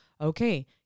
okay